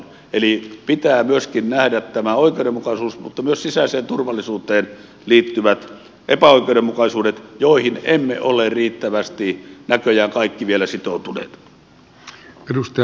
eli pitää myöskin nähdä tämä oikeudenmukaisuus mutta myös sisäiseen turvallisuuteen liittyvät epäoikeudenmukaisuudet joihin kaikki emme ole riittävästi näköjään vielä sitoutuneet